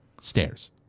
Stairs